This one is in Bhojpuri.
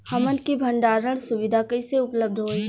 हमन के भंडारण सुविधा कइसे उपलब्ध होई?